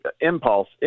impulse